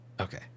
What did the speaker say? Okay